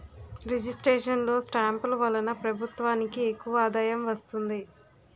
registration లో స్టాంపులు వలన ప్రభుత్వానికి ఎక్కువ ఆదాయం వస్తుంది